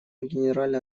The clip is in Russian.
генеральная